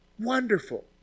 Wonderful